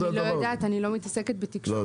אני לא יודעת, אני לא מתעסקת בתקשורת.